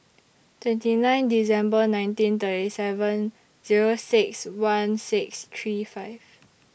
twenty nine December nineteen thirty seven Zero six one six three five